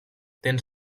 dents